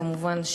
כמובן,